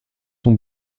son